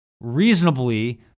reasonably